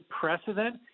precedent